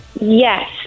Yes